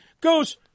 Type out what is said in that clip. goes